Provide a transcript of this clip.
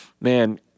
man